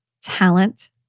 talent